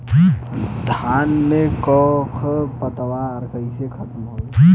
धान में क खर पतवार कईसे खत्म होई?